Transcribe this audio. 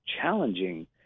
challenging